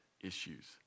issues